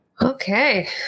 Okay